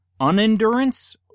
unendurance